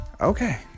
okay